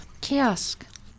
Kiosk